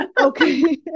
Okay